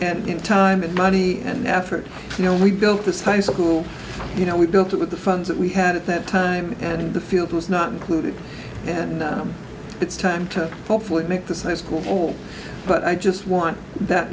time and money and effort you know we built this high school you know we built it with the funds that we had at that time and the field was not included and it's time to hopefully make this high school but i just want that